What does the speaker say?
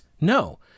No